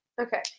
Okay